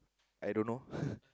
I dunno